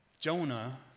Jonah